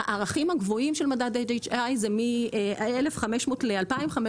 הערכים של מדד HHI: מעל 2,500 זה ריכוזיות